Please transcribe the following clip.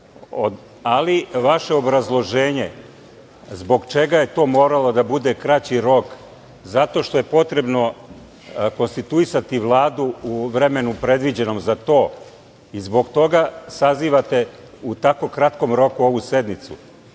kraćem. Vaše obrazloženje zbog čega je to moralo da bude kraći rok - zato što je potrebno konstituisati Vladu u vremenu predviđenom za to i zbog toga sazivate u tako kratkom roku ovu sednicu.